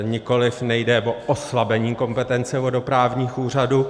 Nikoliv, nejde o oslabení kompetence vodoprávních úřadů.